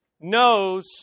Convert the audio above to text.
knows